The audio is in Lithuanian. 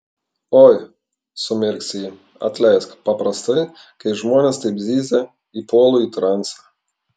oi sumirksi ji atleisk paprastai kai žmonės taip zyzia įpuolu į transą